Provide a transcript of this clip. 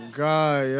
god